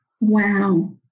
Wow